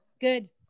good